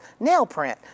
Nailprint